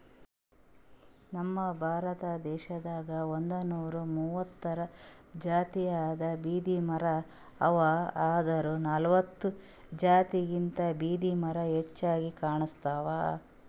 ನಮ್ ಭಾರತ ದೇಶದಾಗ್ ಒಂದ್ನೂರಾ ಮೂವತ್ತಾರ್ ಜಾತಿದ್ ಬಿದಿರಮರಾ ಅವಾ ಆದ್ರ್ ನಲ್ವತ್ತ್ ಜಾತಿದ್ ಬಿದಿರ್ಮರಾ ಹೆಚ್ಚಾಗ್ ಕಾಣ್ಸ್ತವ್